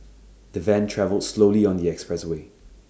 the van travelled slowly on the expressway